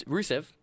Rusev